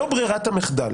זו ברירת המחדל.